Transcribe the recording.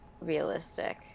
realistic